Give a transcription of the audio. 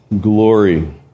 glory